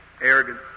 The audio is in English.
arrogant